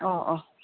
ꯑꯣ ꯑꯣ